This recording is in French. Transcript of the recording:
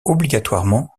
obligatoirement